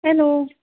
hello